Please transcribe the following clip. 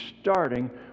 starting